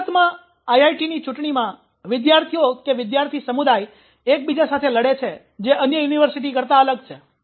હકીકતમાં આઈઆઈટીની ચૂંટણીમાં વિદ્યાર્થીઓ કે વિદ્યાર્થી સમુદાય એકબીજા સાથે લડે છે જે અન્ય યુનિવર્સિટી કરતા અલગ છે